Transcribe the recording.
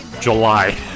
July